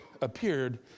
appeared